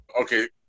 okay